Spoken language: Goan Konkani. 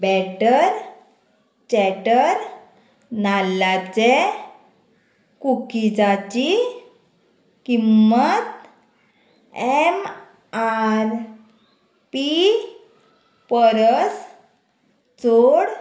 बॅटर चॅटर नाल्लाचे कुकीजांची किंमत एम आर पी परस चोड